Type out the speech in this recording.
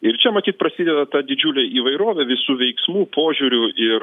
ir čia matyt prasideda ta didžiulė įvairovė visų veiksmų požiūrių ir